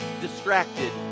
distracted